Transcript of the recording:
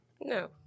No